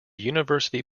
university